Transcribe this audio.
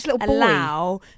allow